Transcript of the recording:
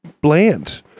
bland